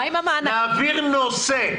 נעביר נושא,